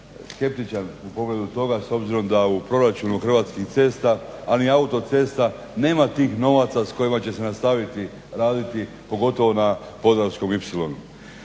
skeptičan u pogledu toga s obzirom da u proračunu Hrvatskih cesta a ni autocesta nema tih novaca s kojima će se nastaviti raditi pogotovo na Podravskom